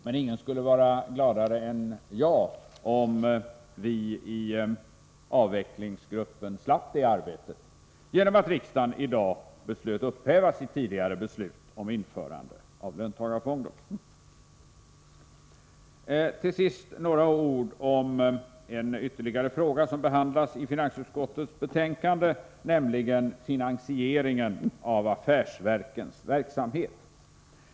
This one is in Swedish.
Men ingen skulle vara gladare än jag om vi i avvecklingsgruppen slapp det arbetet genom att riksdagen i dag beslöt upphäva sitt tidigare beslut om införande av löntagarfonder. Till sist några ord om en ytterligare fråga som behandlas i finansutskottets betänkande, nämligen finansieringen av affärsverkens verksamhet.